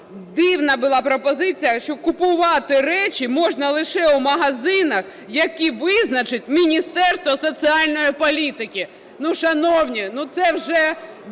дивна була пропозиція, що купувати речі можна лише у магазинах, які визначить Міністерство соціальної політики. Ну, шановні, ну це вже